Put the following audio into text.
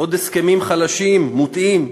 עוד הסכמים חלשים, מוטעים?